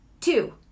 two